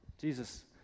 Jesus